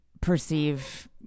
perceive